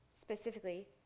specifically